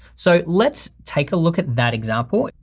so let's take a look at that example.